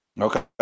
Okay